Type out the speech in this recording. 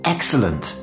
Excellent